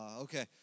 okay